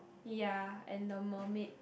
ya and a mermaid